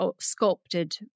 sculpted